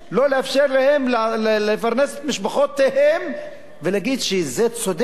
לא לאפשר להם לפרנס את משפחותיהם ולהגיד שזה צודק?